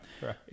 Right